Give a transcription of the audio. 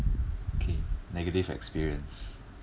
okay negative experience